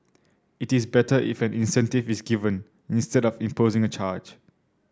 it is better if an incentive is given instead of imposing a charge